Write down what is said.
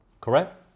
correct